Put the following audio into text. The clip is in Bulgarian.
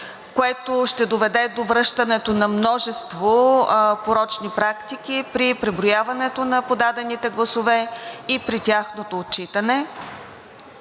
което ще доведе до връщането на множество порочни практики при преброяването на подадените гласове и при тяхното отчитане.